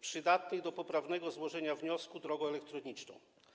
przydatnych do poprawnego złożenia wniosku drogą elektroniczną.